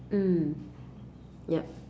mm yup